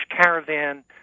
Caravan